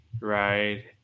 right